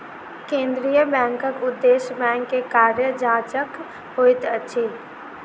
केंद्रीय बैंकक उदेश्य बैंक के कार्य जांचक होइत अछि